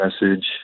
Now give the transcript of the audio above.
message